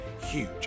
huge